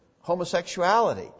homosexuality